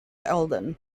eldon